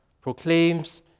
proclaims